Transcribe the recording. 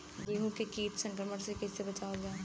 गेहूँ के कीट संक्रमण से कइसे बचावल जा?